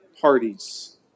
parties